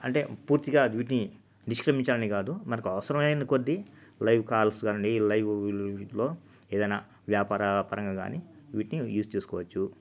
అంటే పూర్తిగా వీటిని నిష్క్రమించాలని కాదు మనకు అవసరమైన కొద్ది లైవ్ కాల్స్ కానివ్వండి లైవ్లో ఏదైనా వ్యాపార పరంగా కానీ వీటిని యూస్ చేసుకోవచ్చు